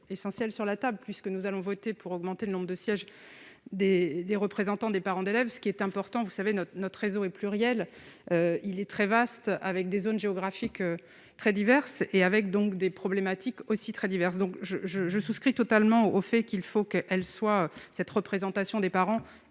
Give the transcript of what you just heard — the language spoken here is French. essentiel sur la Table puisque nous allons voter pour augmenter le nombre de sièges des des représentants des parents d'élèves, ce qui est important, vous savez, notre notre réseau et plurielle, il est très vaste. Avec des zones géographiques très diverses et avec donc des problématiques aussi très diverses, donc je je je souscris totalement au fait qu'il faut qu'elle soit, cette représentation des parents